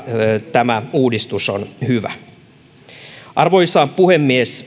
tämä uudistus on hyvä arvoisa puhemies